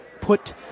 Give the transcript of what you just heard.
put